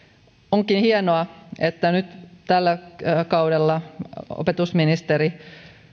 onkin hienoa että nyt tällä kaudella opetusministeri